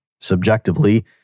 subjectively